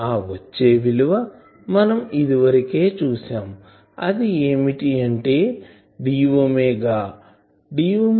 అ వచ్చే విలువ మనం ఇదివరకే చూసాం అది ఏమిటి అంటే d